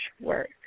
work